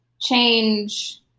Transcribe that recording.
change